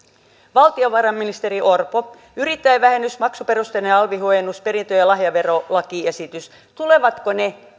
valtiovarainministeri orpo tulevatko yrittäjävähennys maksuperusteinen alvin huojennus perintö ja lahjaverolakiesitys